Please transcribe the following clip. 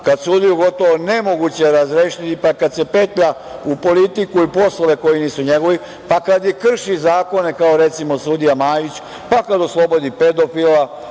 je sudiju gotovo nemoguće razrešiti, kada se petlja u politiku i poslove koji nisu njegovi, pa kada i krši zakone kao recimo sudija Majić, pa kada oslobodi pedofila,